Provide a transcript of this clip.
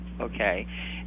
okay